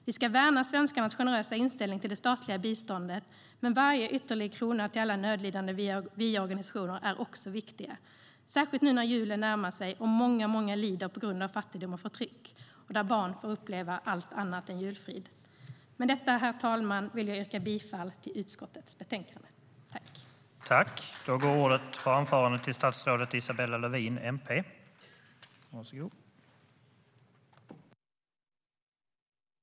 Vi ska värna svenskarnas generösa inställning till det statliga biståndet, men varje ytterligare krona till alla nödlidande via organisationer är också viktig - särskilt nu när julen närmar sig och många lider på grund av fattigdom och förtryck, där barn får uppleva allt annat än julefrid. Med detta, herr talman, vill jag yrka bifall till förslaget i utskottets betänkande.